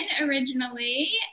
originally